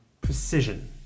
precision